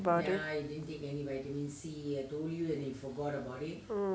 pardon mm